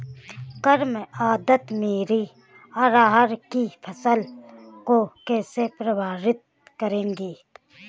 कम आर्द्रता मेरी अरहर की फसल को कैसे प्रभावित करेगी?